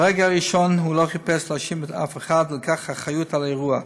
מהרגע הראשון הוא לא חיפש להאשים אף אחד ולקח אחריות על האירוע.